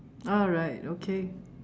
alright okay